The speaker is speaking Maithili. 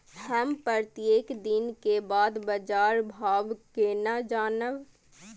हम प्रत्येक दिन के बाद बाजार भाव केना जानब?